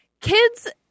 kids